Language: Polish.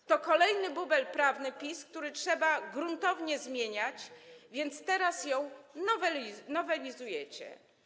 Ustawa to kolejny bubel prawny PiS, który trzeba gruntownie zmieniać, więc teraz ją nowelizujecie.